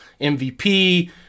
MVP